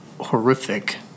horrific